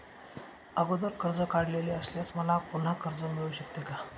अगोदर कर्ज काढलेले असल्यास मला पुन्हा कर्ज मिळू शकते का?